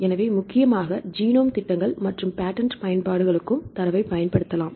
எனவே முக்கியமாக ஜீனோம் திட்டங்கள் மற்றும் பேடென்ட் பயன்பாடுகளுக்கும் தரவை பயன்படுத்தலாம்